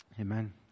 Amen